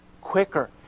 quicker